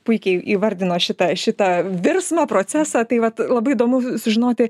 puikiai įvardino šitą šitą virsmo procesą tai vat labai įdomu sužinoti